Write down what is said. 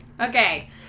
Okay